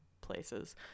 places